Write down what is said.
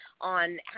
on